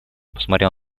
посмотрел